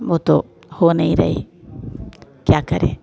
वो तो हो नहीं रही क्या करें